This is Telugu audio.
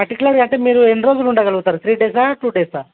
పర్టిక్యులర్గా అంటే మీరు ఎన్ని రోజులు ఉండగలుగుతారు త్రీ డేసా టూ డేసా